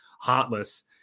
heartless